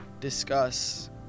discuss